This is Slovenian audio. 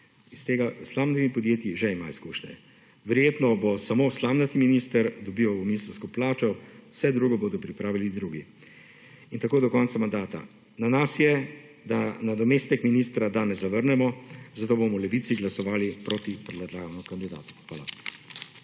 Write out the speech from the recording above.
Iz tega s slamnimi podjetji že ima izkušnje. Verjetno bo samo slamnati minister dobival ministrsko plačo, vse drugo bodo pripravili drugi in tako do konca mandata. Na nas je, da nadomestek ministra danes zavrnemo, zato bomo v Levici glasovali proti predlaganemu kandidatu. Hvala.